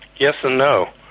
yes and no.